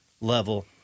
level